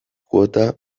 kuota